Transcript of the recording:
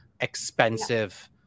expensive